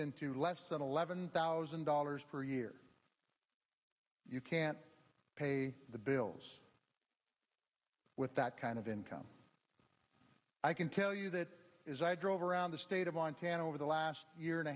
into less than eleven thousand dollars per year you can't pay the bills with that kind of income i can tell you that is i drove around the state of montana over the last year and a